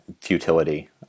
futility